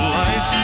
life